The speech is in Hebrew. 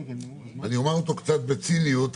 אני אומר אותו קצת בציניות,